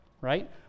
right